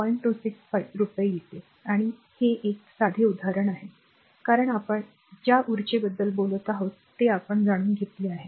265 रुपये येते आणि हे एक साधे उदाहरण आहे कारण आपण ज्या ऊर्जेबद्दल बोलत आहोत ते आपण जाणून घेतले आहे